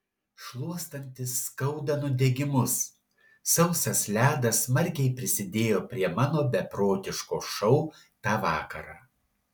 šluostantis skauda nudegimus sausas ledas smarkiai prisidėjo prie mano beprotiško šou tą vakarą